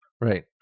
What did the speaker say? right